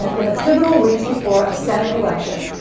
in the pivotal weeks before a senate election,